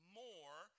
more